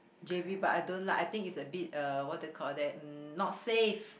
j_b but I don't like I think it's a bit uh what do you call that um not safe